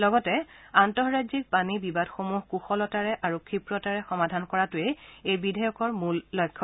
লগেত আন্তঃৰাজ্যিক পানী বিবাদসমূহ কুশলতাৰে আৰু ক্ষিপ্ৰতাৰে সমাধান কৰাটোৱেই এই বিধেয়কৰ মূল লক্ষ্য